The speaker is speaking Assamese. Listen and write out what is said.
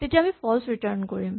তেতিয়া আমি ফল্চ ৰিটাৰ্ন কৰিম